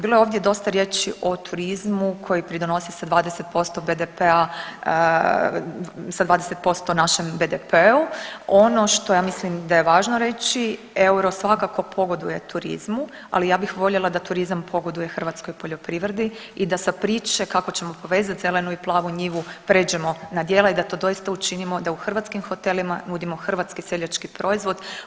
Bilo je ovdje dosta riječi o turizmu koji pridonosi sa 20% BDP-a, sa 20% našem BDP-u, ono što ja mislim da je važno reći euro svakako pogoduje turizmu, ali ja bih voljela da turizma pogoduje hrvatskoj poljoprivredi i da sa priče kako ćemo povezati zelenu i plavu njivu pređemo na djela i da to doista učinimo da u hrvatskim hotelima nudimo hrvatski seljački proizvod.